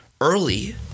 Early